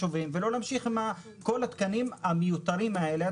להמשיך עם כל התקנים המיותרים האלה.